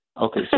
Okay